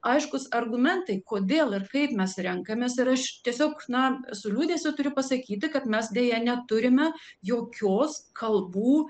aiškūs argumentai kodėl ir kaip mes renkamės ir aš tiesiog na su liūdesiu turiu pasakyti kad mes deja neturime jokios kalbų